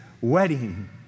wedding